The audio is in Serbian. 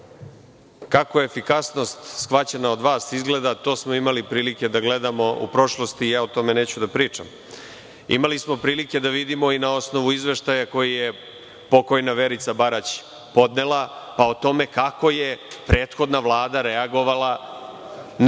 kako je efikasnost shvaćena od vas, izgleda to smo imali prilike da gledamo u prošlosti i ja o tome neću da pričam. Imali smo prilike da vidimo i na osnovu izveštaja koji je pokojna Verica Barać podnela, pa o tome kako je prethodna Vlada reagovala na